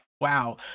Wow